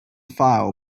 file